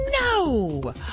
No